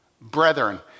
Brethren